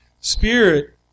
Spirit